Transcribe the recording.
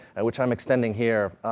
and which i'm extending here,